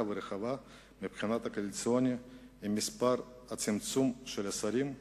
ורחבה מבחינה קואליציונית עם צמצום מספר השרים,